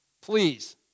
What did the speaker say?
Please